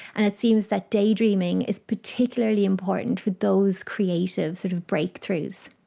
and it seems that daydreaming is particularly important for those creative sort of breakthroughs.